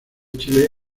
chile